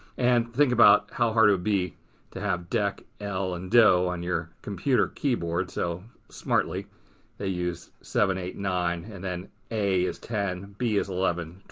and think about how hard it would be to have dec, el, and doe on your computer keyboard. so smartly they used seven, eight, nine and then a, is ten. b is eleven.